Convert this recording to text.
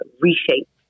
reshaped